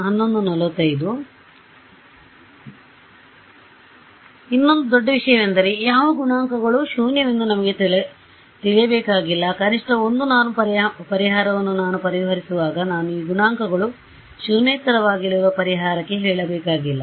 ಹೌದು ಇನ್ನೊಂದು ದೊಡ್ಡ ವಿಷಯವೆಂದರೆ ಯಾವ ಗುಣಾಂಕಗಳು ಶೂನ್ಯವೆಂದು ನಮಗೆ ತಿಳಿಯಬೇಕಾಗಿಲ್ಲ ಕನಿಷ್ಠ 1 norm ಪರಿಹಾರವನ್ನು ನಾನು ಪರಿಹರಿಸುವಾಗ ನಾನು ಈ ಗುಣಾಂಕಗಳು ಶೂನ್ಯೇತರವಾಗಲಿರುವ ಪರಿಹಾರಕಕ್ಕೆ ಹೇಳಬೇಕಾಗಿಲ್ಲ